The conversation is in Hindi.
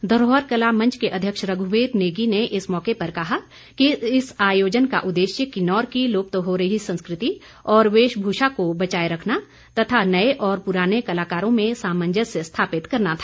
धरोहर कला मंच के अध्यक्ष रघुवीर नेगी इस मौके पर कहा कि इस आयोजन का उद्देश्य किन्नौर की लुप्त हो रही संस्कृति और वेशमूषा को बचाए रखना तथा नये और पुराने कलाकारों में सांमजस्य स्थापित करना था